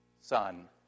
son